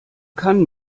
kann